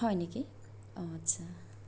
হয় নেকি অঁ আচ্ছা